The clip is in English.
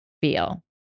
feel